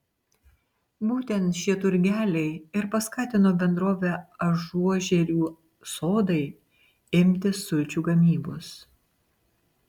būtent šie turgeliai ir paskatino bendrovę ažuožerių sodai imtis sulčių gamybos